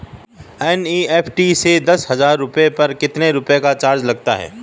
NEFT से दस हजार रुपयों पर कितने रुपए का चार्ज लगता है?